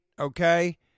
okay